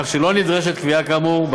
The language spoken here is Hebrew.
כך שלא נדרשת קביעה כאמור.